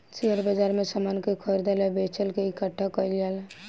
share बाजार में समान के खरीदल आ बेचल के इकठ्ठा कईल जाला